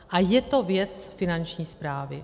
A je to věc Finanční správy.